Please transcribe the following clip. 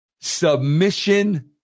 Submission